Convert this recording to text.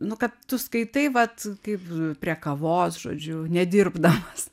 nu kad tu skaitai vat kaip prie kavos žodžiu nedirbdamas